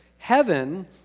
Heaven